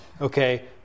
okay